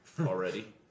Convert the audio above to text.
already